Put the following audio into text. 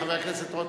חבר הכנסת רותם,